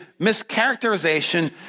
mischaracterization